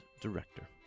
Director